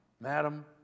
madam